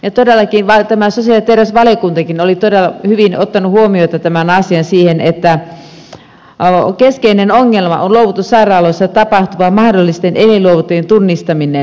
ja todellakin tämä sosiaali ja terveysvaliokuntakin oli todella hyvin ottanut huomioon tämän asian siinä että keskeinen ongelma on luovutussairaaloissa tapahtuva mahdollisten elinluovuttajien tunnistaminen